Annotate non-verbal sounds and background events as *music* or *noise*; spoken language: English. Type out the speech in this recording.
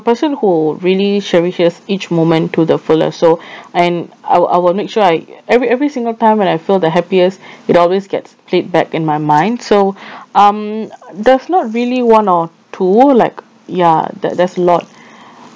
person who really cherishes each moment to the fullest so *breath* and I will I will make sure I every every single time when I feel the happiest *breath* it always gets played back in my mind so *breath* um there's not really one or two like ya there there's a lot